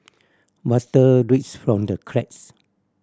water drips from the cracks